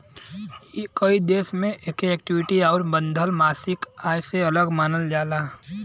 कई देश मे एके इक्विटी आउर बंधल मासिक आय से अलग मानल जाला